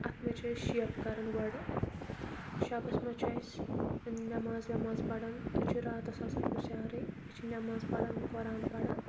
اَتھ منٛز چھِ أسۍ شَب کَران گۄڈٕ شَبَس منٛز چھِ اسہِ نٮ۪ماز وٮ۪ماز پَران أسۍ چھِ راتَس آسان ہشیٛارٕے أسۍ چھِ نٮ۪ماز پَران قۄران پَران